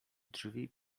drzwi